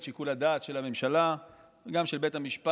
את שיקול הדעת של הממשלה וגם של בית המשפט